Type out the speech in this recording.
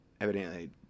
evidently